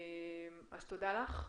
תודה לך.